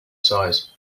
size